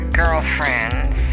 girlfriends